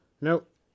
Nope